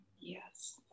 Yes